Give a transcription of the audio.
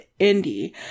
indie